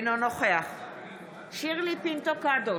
אינו נוכח שירלי פינטו קדוש,